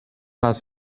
les